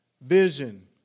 vision